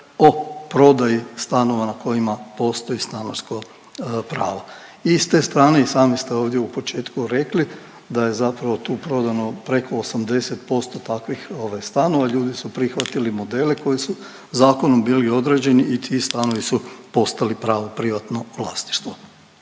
o prodaji stanova na kojima postoji stanarsko pravo. I s ste strane i sami ste ovdje u početku rekli da je tu prodano preko 80% takvih stanova, ljudi su prihvatili modele koji su zakonom bili određeni i tu zakoni su postali pravo privatno vlasništvo.